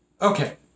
Okay